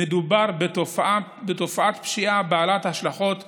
מדובר בתופעת פשיעה בעלת השלכות משמעותיות,